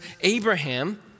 Abraham